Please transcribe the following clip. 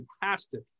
fantastic